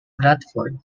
bradford